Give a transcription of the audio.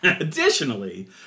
Additionally